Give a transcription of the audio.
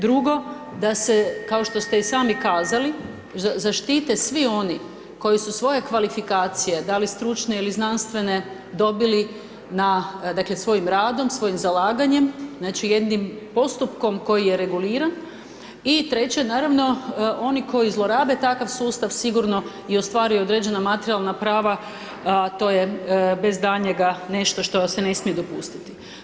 Drugo, da se kao što se i sami kazali, zaštite svi oni koji su svoje kvalifikacije da li stručne ili znanstvene, dobili svojim radom, svojim zalaganjem, znači jednim postupkom koji je reguliran i treće naravno oni koji zlorabe takav sustav sigurno i ostvaruju određena materijalna prava, a to je bez daljnjega nešto što se ne smije dopustiti.